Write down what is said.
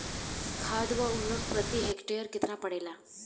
खाध व उर्वरक प्रति हेक्टेयर केतना पड़ेला?